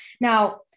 Now